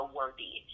Worthy